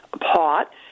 pot